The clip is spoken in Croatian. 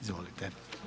Izvolite.